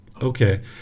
Okay